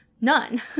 None